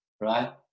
right